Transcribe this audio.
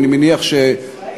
אני מניח שבישראל,